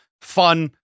Fun